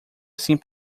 assim